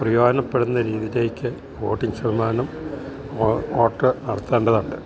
പ്രയോജനപ്പെടുന്ന രീതീലേക്ക് ഓട്ടിങ് ശതമാനം ഓട്ട് നടത്തേണ്ടത്ണ്ട്